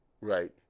Right